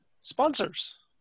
sponsors